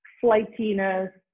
flightiness